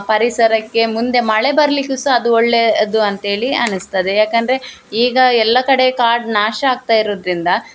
ಪರಿಸರಕ್ಕೆ ಮುಂದೆ ಮಳೆ ಬರಲಿಕ್ಕು ಸಹ ಅದು ಒಳ್ಳೆಯದು ಅಂತೇಳಿ ಅನಿಸ್ತದೆ ಯಾಕಂದರೆ ಈಗ ಎಲ್ಲ ಕಡೆ ಕಾಡು ನಾಶ ಆಗ್ತ ಇರುದರಿಂದ